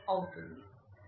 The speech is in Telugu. అవుతుంది